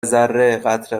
ذره٬قطره